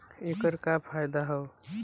ऐकर का फायदा हव?